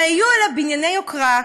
הרי יהיו אלה בנייני יוקרה,